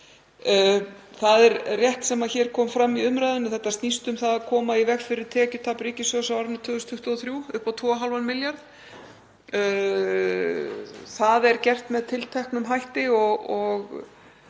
Það er rétt sem kom fram í umræðunni að þetta snýst um það að koma í veg fyrir tekjutap ríkissjóðs á árinu 2023 upp á 2,5 milljarða. Það er gert með tilteknum hætti og